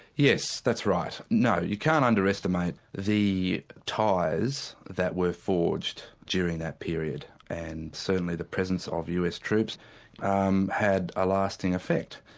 yes, that's right. no, you can't underestimate the ties that were forged during that period, and certainly the presence of us troops um had a lasting effect.